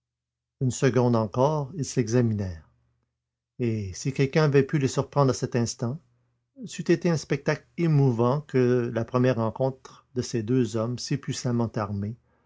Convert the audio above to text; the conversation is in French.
une seconde encore ils s'examinèrent et si quelqu'un avait pu les surprendre à cet instant c'eût été un spectacle émouvant que la première rencontre de ces deux hommes si étranges si puissamment armés